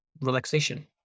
relaxation